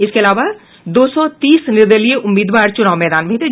इसके अलावा दो सौ तीस निर्दलीय उम्मीदवार चुनाव मैदान में थे